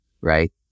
right